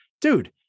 dude